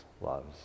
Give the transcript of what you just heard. loves